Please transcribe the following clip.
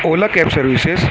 ola cab services